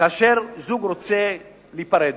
כאשר זוג רוצה להיפרד,